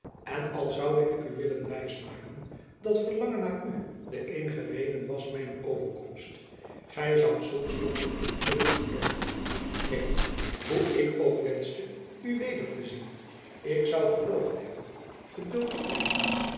en al zoude ik u willen wijs maken dat verlangen naar u de eenige reden was mijner overkomst gy zoudt zulks toch op den duur niet gelooven neen hoe ik ook wenschte u weder te zien ik zoû gepoogd hebben geduld te oefenen